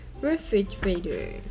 refrigerator